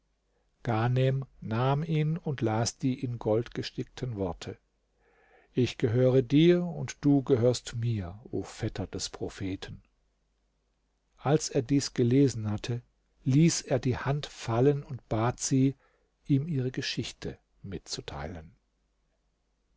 ghanem nahm ihn und las die in gold gestickten worte ich gehöre dir und du gehörst mir o vetter des propheten als er dies gelesen hatte ließ er die hand fallen und bat sie ihm ihre geschichte mitzuteilen